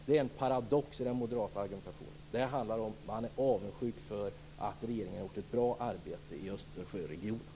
Det är en paradox i den moderata argumentationen. Det handlar om att man är avundsjuk för att regeringen har gjort ett bra arbete i Östersjöregionen.